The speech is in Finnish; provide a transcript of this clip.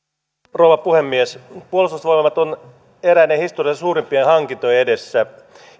rouva puhemies puolustusvoimat on eräiden historian suurimpien hankintojen edessä